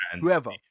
whoever